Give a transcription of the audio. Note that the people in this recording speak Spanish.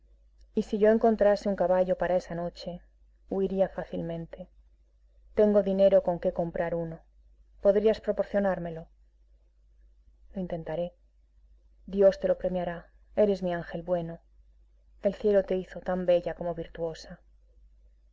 y si yo encontrase un caballo para esa noche huiría fácilmente tengo dinero con qué comprar uno podrías proporcionármelo lo intentaré dios te lo premiará eres mi ángel bueno el cielo te hizo tan bella como virtuosa